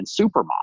supermodel